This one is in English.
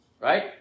right